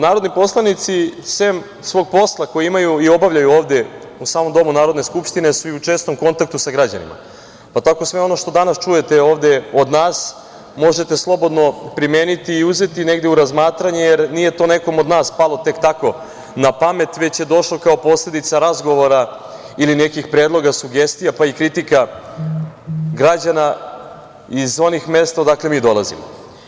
Narodni poslanici, sem svog posla koji imaju i obavljaju ovde u samom Domu Narodne skupštine, su i u čestom kontaktu sa građanima, pa tako sve ono što danas čujete ovde od nas možete slobodno primeniti i uzeti negde u razmatranje, jer nije to nekom od nas palo tek tako na pamet, već je došlo kao posledica razgovora ili nekih predloga, sugestija, pa i kritika građana iz onih mesta odakle mi dolazimo.